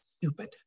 Stupid